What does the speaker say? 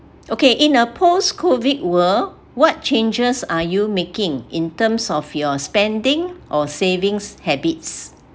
okay in a post-COVID world what changes are you making in terms of your spending or savings habits